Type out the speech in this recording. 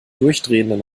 durchdrehenden